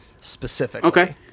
specifically